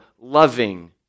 loving